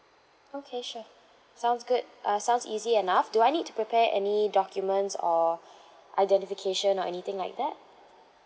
okay sure sounds good uh sounds easy enough do I need to prepare any documents or identification or anything like that